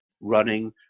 running